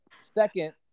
Second